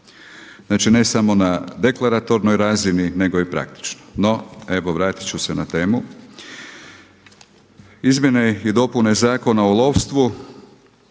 Znači ne samo na deklaratornoj razini nego i praktično. No, evo vratiti ću se na temu. Izmjene i dopune Zakona o lovstvu,